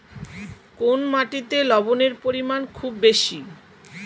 কোন মাটিতে লবণের পরিমাণ খুব বেশি?